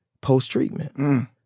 post-treatment